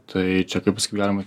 tai čia kaip pasakyt galima